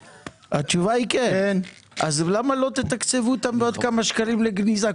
התשובה היא כן אז למה לא תתקצבו אותם עוד כמה שקלים לגניזה?